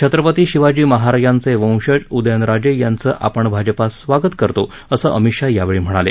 छत्रपती शिवाजी महाराजांचे वंशज उदयनराजे यांचं पण भाजपात स्वागत करतो असं अमित शाह यावेळी म्हणाले